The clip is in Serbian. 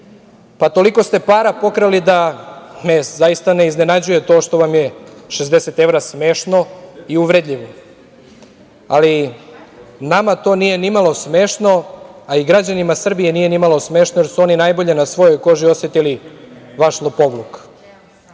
Pa, toliko ste para pokrali da me zaista ne iznenađuje to što vam je 60 evra smešno i uvredljivo. Ali, nama to nije nimalo smešno, a i građanima Srbije nije nimalo smešno, jer su oni najbolje na svojoj koži osetili vaš lopovluk. Na